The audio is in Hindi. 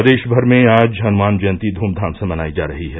प्रदेश भर में आज हनुमान जयंती धूपधाम से मनायी जा रही है